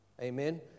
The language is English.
Amen